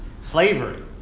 Slavery